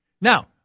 Now